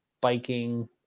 biking